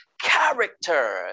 character